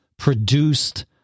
produced